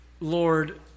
Lord